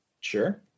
sure